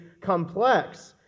complex